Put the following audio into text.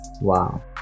Wow